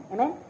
Amen